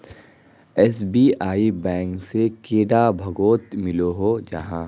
SBI bank से कैडा भागोत मिलोहो जाहा?